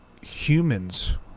humans